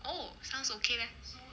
oh sounds okay leh